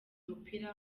mupira